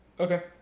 Okay